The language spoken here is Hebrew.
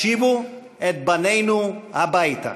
השיבו את בנינו הביתה.